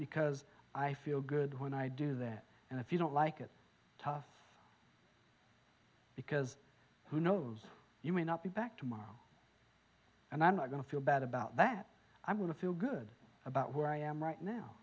because i feel good when i do that and if you don't like it tough because who knows you may not be back tomorrow and i'm not going to feel bad about that i'm going to feel good about where i am right now